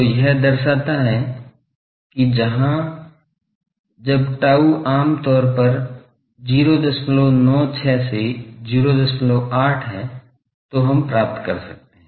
तो यह दर्शाता है कि जहां जब tau आम तौर पर 096 से 08 है तो हम प्राप्त करते हैं